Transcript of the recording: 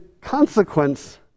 consequence